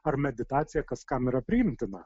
ar meditacija kas kam yra priimtina